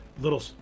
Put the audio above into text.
little